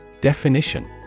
Definition